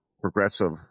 progressive